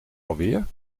alweer